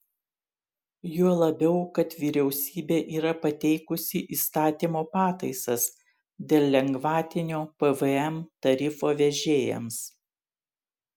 juo labiau kad vyriausybė yra pateikusi įstatymo pataisas dėl lengvatinio pvm tarifo vežėjams